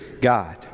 God